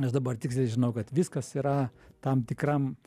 aš dabar tiksliai žinau kad viskas yra tam tikram